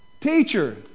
Teacher